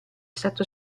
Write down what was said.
stato